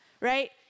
right